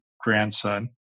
grandson